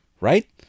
right